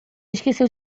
esqueceu